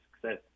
success